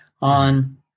on –